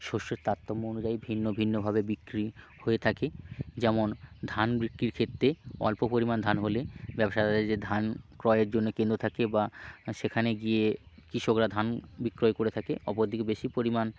শস্যের তারতম্য অনুযায়ী ভিন্ন ভিন্নভাবে বিক্রি হয়ে থাকে যেমন ধান বিক্রির ক্ষেত্রে অল্প পরিমাণ ধান হলে ব্যবসাদারের যে ধান ক্রয়ের জন্যে কেন্দ্র থাকে বা সেখানে গিয়ে কৃষকরা ধান বিক্রয় করে থাকে অপর দিকে বেশি পরিমাণ